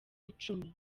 icumi